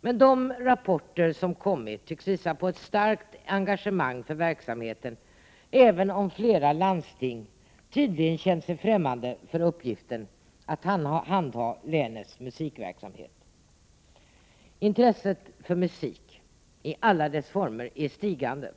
Men de rapporter som har kommit tycks visa på ett starkt engagemang för verksamheten, även om flera landsting tydligen har känt sig ffrämmande för uppgiften att handha länets musikverksamhet. Intresset för musik i alla dess former är i stigande.